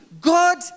God